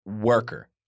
worker